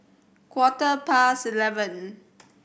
quarter past eleven